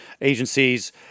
agencies